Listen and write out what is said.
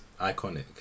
iconic